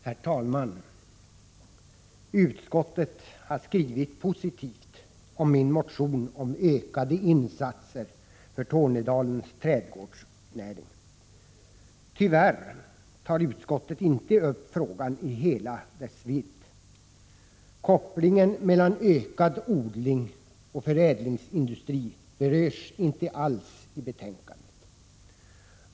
Herr talman! Utskottet har skrivit positivt om min motion om ökade insatser för Tornedalens trädgårdsnäring. Tyvärr tar utskottet inte upp frågan i hela dess vidd. Kopplingen mellan ökad odling och förädlingsindustri berörs inte alls i betänkandet.